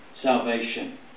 salvation